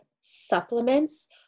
supplements